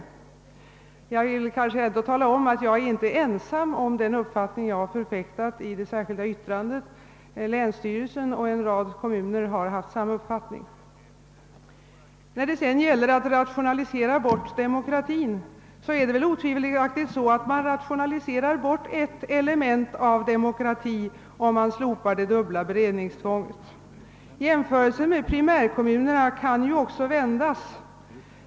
Men jag vill ändå tala om att jag inte är ensam om den uppfattning jag har förfäktat i det särskilda yttrandet. Länsstyrelsen och en rad kommuner har haft samma uppfattning. När det sedan gäller att »rationalisera bort demokratin» är det väl otvivelaktigt så, att man rationaliserar bort ett element av demokratin, om man slopar det dubbla beredningstvånget. Jämförelseh med primärkommunerna kan ju också vändas.